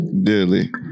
dearly